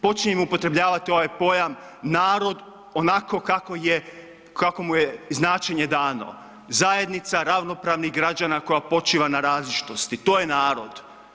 Počnimo upotrebljavati ovaj pojam narod onako kako mu je značenje dano, zajednica ravnopravnih građana koja počiva na različitosti, to je narod.